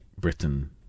Britain